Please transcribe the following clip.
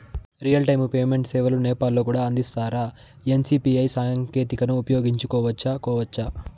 Real time payment సేవలు నేపాల్ లో కూడా అందిస్తారా? ఎన్.సి.పి.ఐ సాంకేతికతను ఉపయోగించుకోవచ్చా కోవచ్చా?